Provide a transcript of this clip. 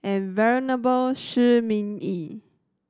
and Venerable Shi Ming Yi